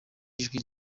ijwi